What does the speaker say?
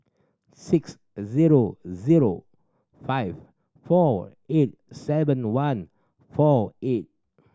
six zero zero five four eight seven one four eight